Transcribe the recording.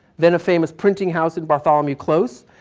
then a famous printing-house in bartholomew close,